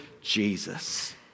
Jesus